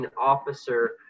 officer